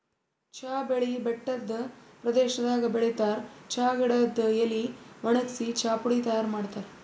ಚಾ ಬೆಳಿ ಬೆಟ್ಟದ್ ಪ್ರದೇಶದಾಗ್ ಬೆಳಿತಾರ್ ಚಾ ಗಿಡದ್ ಎಲಿ ವಣಗ್ಸಿ ಚಾಪುಡಿ ತೈಯಾರ್ ಮಾಡ್ತಾರ್